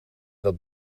dat